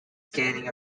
scanning